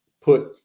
put